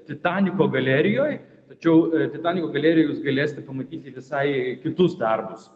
titaniko galerijoj tačiau titaniko galerijoj jūs galėsite pamatyti visai kitus darbus